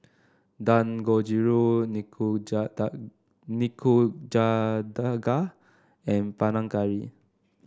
Dangojiru Nikujaga and Panang Curry